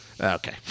Okay